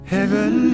Heaven